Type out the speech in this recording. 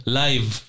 live